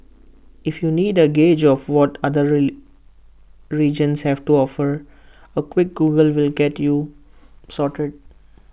if you need A gauge of what other regions have to offer A quick Google will get you sorted